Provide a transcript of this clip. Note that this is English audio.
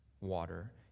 water